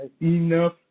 enough